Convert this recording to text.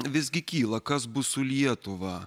visgi kyla kas bus su lietuva